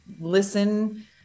listen